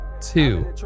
two